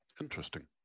Interesting